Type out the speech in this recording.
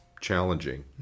challenging